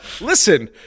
listen